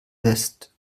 west